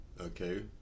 Okay